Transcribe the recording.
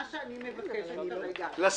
מה שאני מבקשת כרגע,